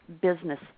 business